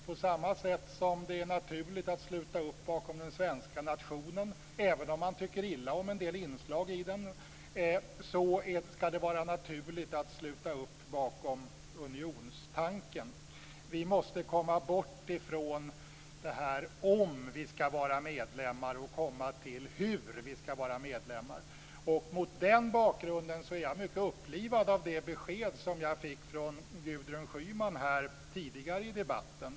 På samma sätt som det är naturligt att sluta upp bakom den svenska nationen, även om man tycker illa om en del inslag i den, så ska det vara naturligt att sluta upp bakom unionstanken. Vi måste komma bort ifrån resonemangen kring om vi ska vara medlemmar och komma till hur vi ska vara medlemmar. Mot den bakgrunden är jag mycket upplivad av det besked som jag fick av Gudrun Schyman tidigare i debatten.